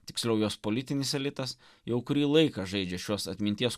tiksliau jos politinis elitas jau kurį laiką žaidžia šiuos atminties